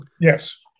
Yes